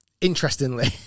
Interestingly